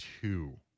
two